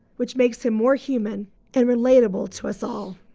which makes him more human and relatable to us all.